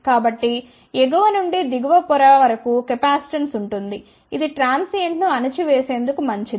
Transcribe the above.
కాబట్టి ఎగువ నుండి దిగువ పొర వరకు కెపాసిటెన్స్ ఉంటుంది ఇది ట్రాన్సియెంట్ ను అణిచివేసేందుకు మంచిది